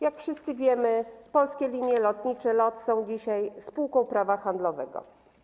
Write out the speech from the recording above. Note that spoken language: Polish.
Jak wszyscy wiemy, Polskie Linie Lotnicze LOT są dzisiaj spółką prawa handlowego.